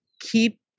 keep